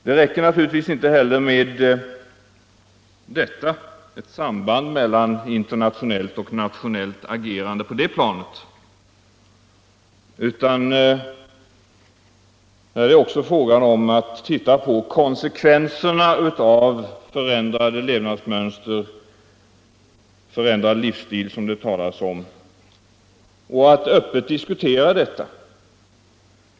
Det räcker naturligtvis inte heller med detta — ett samband mellan internationellt och nationellt agerande på det planet — utan här är det också fråga om att se kraven på och konsekvenserna av förändrade levnadsmönster, förändrad livsstil som det talas om, och att öppet diskutera detta.